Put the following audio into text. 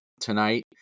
tonight